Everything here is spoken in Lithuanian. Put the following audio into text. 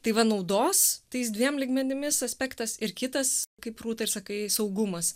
tai va naudos tais dviem lygmenimis aspektas ir kitas kaip rūta ir sakai saugumas